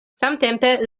samtempe